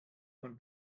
von